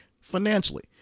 financially